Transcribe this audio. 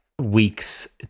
weeks